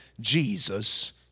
Jesus